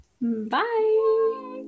bye